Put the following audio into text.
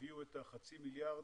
שהביאו את חצי המיליארד,